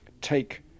take